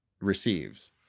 receives